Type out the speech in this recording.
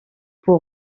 pour